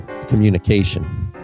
communication